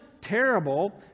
terrible